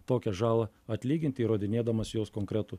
tokią žalą atlygint įrodinėdamas jos konkretų